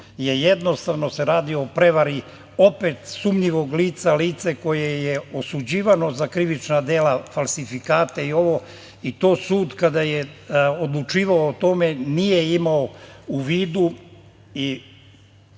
jednostavno se radi o prevazi opet sumnjivog lica, lice koje je osuđivano za krivična dela falsifikate i sud kada je odlučivao o tome nije imao u vidu